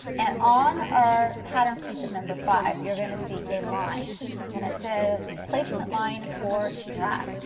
and on our pattern piece of number five, you are going to see a line and it says placement line for strap,